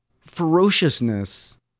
ferociousness